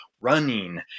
running